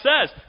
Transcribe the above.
says